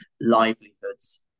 livelihoods